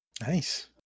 Nice